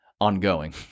ongoing